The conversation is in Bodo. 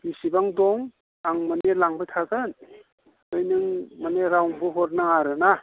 बिसिबां दं आं माने लांबाय थागोन ओमफ्राय नों रावनोबो हर नाङा आरो ना